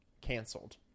canceled